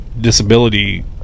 disability